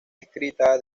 escrita